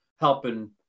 helping